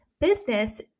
business